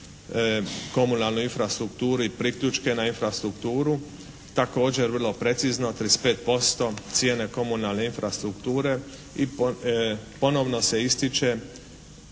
komunalnu infrastrukturu i priključke na infrastrukturu, također vrlo precizno, 35% cijene komunalne infrastrukture i ponovno se ističe